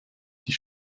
die